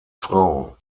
frau